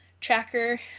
Tracker